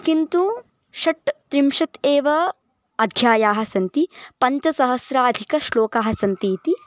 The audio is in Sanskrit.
किन्तु षट् त्रिंशत् एव अध्यायाः सन्ति पञ्चसहस्राधिक श्लोकाः सन्ति इति